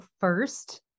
first